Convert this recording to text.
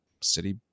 city